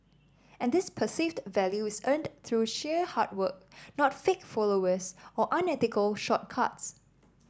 and this perceived value is earned through sheer hard work not fake followers or unethical shortcuts